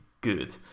good